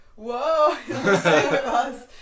whoa